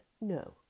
No